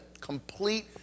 complete